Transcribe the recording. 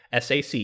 SAC